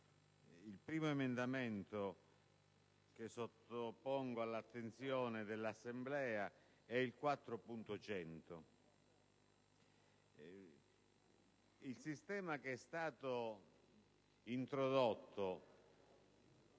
il primo emendamento che sottopongo all'attenzione dell'Assemblea è il 4.100. Il sistema introdotto